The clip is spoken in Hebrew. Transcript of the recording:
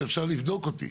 ואפשר לבדוק אותי,